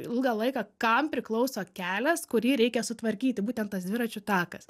ilgą laiką kam priklauso kelias kurį reikia sutvarkyti būtent tas dviračių takas